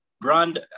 brand